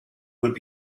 would